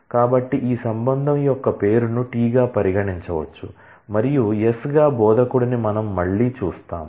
కాబట్టి ఈ రిలేషన్ యొక్క పేరును T గా పరిగణించవచ్చు మరియు S గా బోధకుడి ని మనం మళ్ళీ చూస్తాము